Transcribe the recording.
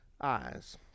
eyes